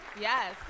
Yes